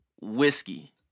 whiskey